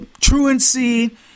truancy